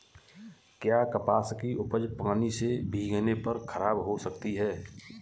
क्या कपास की उपज पानी से भीगने पर खराब हो सकती है?